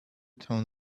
town